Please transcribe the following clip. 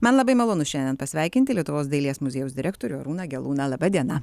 man labai malonu šiandien pasveikinti lietuvos dailės muziejaus direktorių arūną gelūną laba diena